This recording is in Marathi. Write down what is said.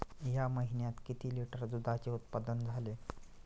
या महीन्यात किती लिटर दुधाचे उत्पादन झाले?